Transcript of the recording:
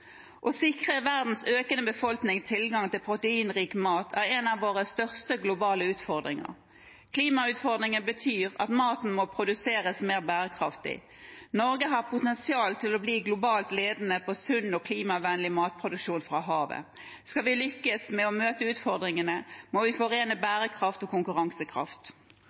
Å sikre verdens økende befolkning tilgang til proteinrik mat er en av våre største globale utfordringer. Klimautfordringene betyr at maten må produseres mer bærekraftig. Norge har potensial til å bli globalt ledende på sunn og klimavennlig matproduksjon fra havet. Skal vi lykkes med å møte utfordringene, må vi forene bærekraft og konkurransekraft.